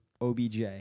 OBJ